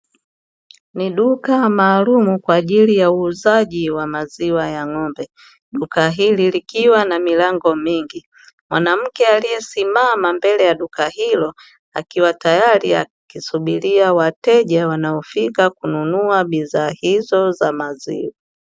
Ni duka maalumu kwa ajili ya uuzaji wa maziwa ya ng'ombe, duka hili likiwa na milango mingi. Mwanamke aliyesimama mbele ya duka hilo akiwa tayari akisubiria wateja, wanaofika kununua bidhaa hizo za maziwa.